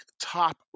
top